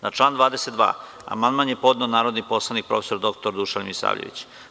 Na član 22. amandman je podneo narodni poslanik prof. dr Dušan Milisavljević.